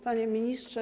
Panie Ministrze!